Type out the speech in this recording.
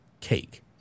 cake